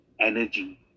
energy